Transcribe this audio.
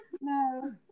no